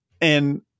And-